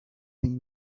been